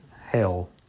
hell